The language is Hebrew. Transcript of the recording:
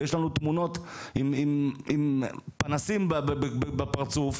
ויש לנו תמונות עם "פנסים" בפרצוף,